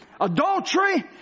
adultery